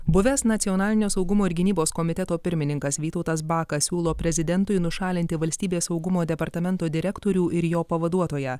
buvęs nacionalinio saugumo ir gynybos komiteto pirmininkas vytautas bakas siūlo prezidentui nušalinti valstybės saugumo departamento direktorių ir jo pavaduotoją